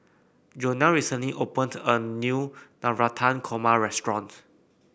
Jonell recently opened a new Navratan Korma restaurant